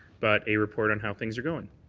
but a report on how things are going.